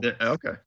Okay